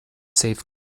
save